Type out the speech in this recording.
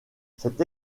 cette